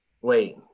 wait